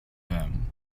them